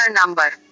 number